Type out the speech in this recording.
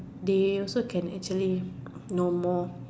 they also can actually know more